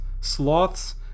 sloths